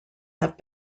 have